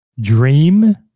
Dream